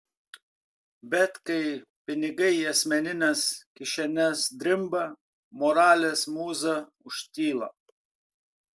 bet kai pinigai į asmenines kišenes drimba moralės mūza užtyla